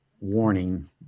warning